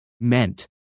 meant